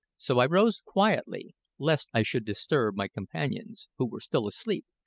so i rose quietly lest i should disturb my companions, who were still asleep,